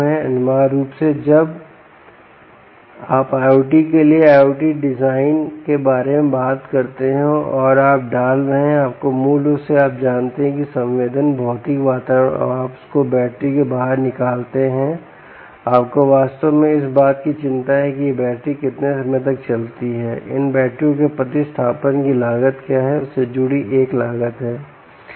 अनिवार्य रूप से जब आप IOT के लिए IOT डिजाइन के बारे में बात करते हैं और आप डाल रहे हैं आपके मूल रूप से आप जानते हैं कि संवेदन भौतिक वातावरण और आप उसको बैटरी के बाहर निकालते हैआपको वास्तव में इस बात की चिंता है कि ये बैटरी कितने समय तक चलती है इन बैटरियों के प्रतिस्थापन की लागत क्या है उससे जुड़ी एक लागत है